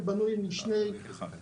אני מבקשת ממך רק שנייה להתנצל על